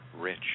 rich